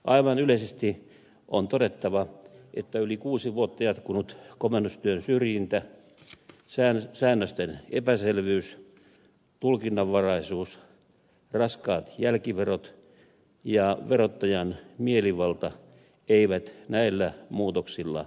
aivan yleisesti on todettava että yli kuusi vuotta jatkunut komennustyön syrjintä säännösten epäselvyys tulkinnanvaraisuus raskaat jälkiverot ja verottajan mielivalta eivät näillä muutoksilla korjaannu